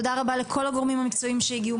תודה רבה לכל הגורמים המקצועיים שהגיעו,